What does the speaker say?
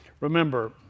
Remember